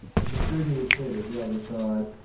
and protruding his head at the further side,